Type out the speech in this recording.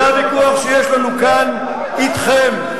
זה הוויכוח שיש לנו כאן אתכם,